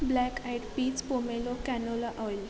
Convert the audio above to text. black eyed peas pomelo canola oil